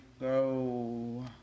go